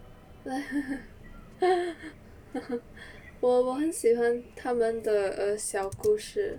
我我很喜欢他们的 err 小故事